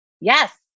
Yes